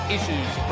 Issues